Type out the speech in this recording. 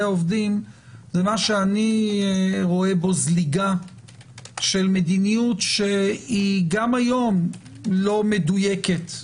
העובדים זה מה שאני רואה בו זליגה של מדיניות שהיא גם היום לא מדויקת,